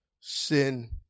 sin